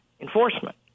enforcement